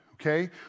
okay